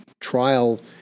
trial